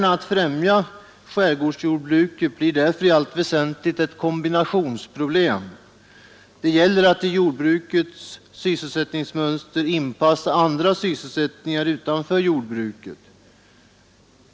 Att främja skärgårdsjordbruket blir därför i allt väsentligt ett kombinationsproblem. Det gäller att i jordbrukets sysselsättningsmönster inpassa andra sysselsättningar utanför jordbruket.